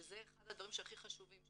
שזה אחד הדברים הכי חשובים.